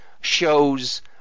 shows –